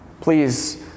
please